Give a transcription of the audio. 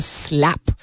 slap